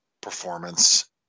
performance